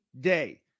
day